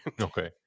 Okay